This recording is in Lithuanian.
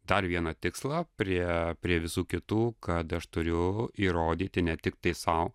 dar vieną tikslą prie prie visų kitų kad aš turiu įrodyti ne tiktai sau